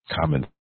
common